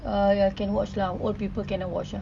uh can watch lah old people cannot watch lah